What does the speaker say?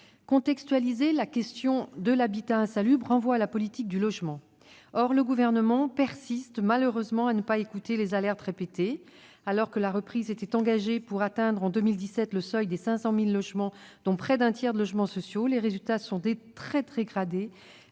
Contextualiser la question de l'habitat insalubre renvoie à la politique du logement. Or le Gouvernement, malheureusement, persiste à ne pas écouter les alertes répétées. Alors que la reprise était engagée pour atteindre en 2017 le seuil des 500 000 logements construits, dont près d'un tiers de logements sociaux, les résultats se sont dégradés